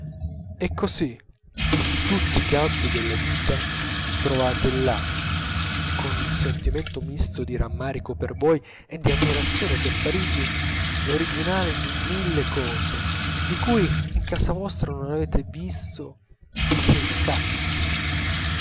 e così in tutti i campi della vita trovate là con un sentimento misto di rammarico per voi e di ammirazione per parigi l'originale di mille cose di cui in casa vostra non avevate visto che il